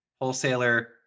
wholesaler